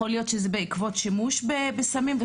יכול להיות שזה בעקבות שימוש בסמים,